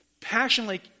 passionately